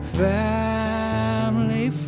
family